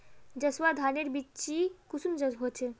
जसवा धानेर बिच्ची कुंसम होचए?